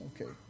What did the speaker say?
okay